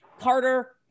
Carter